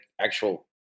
actual